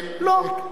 לא.